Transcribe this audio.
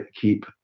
keep